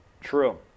true